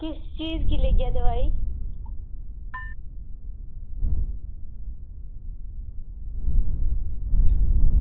तुस छिड़की लेइयौ दोआई